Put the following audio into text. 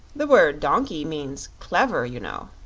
the word donkey means clever, you know.